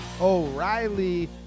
O'Reilly